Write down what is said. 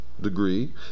degree